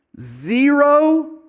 zero